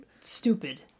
Stupid